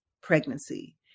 pregnancy